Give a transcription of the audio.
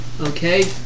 Okay